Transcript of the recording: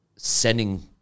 Sending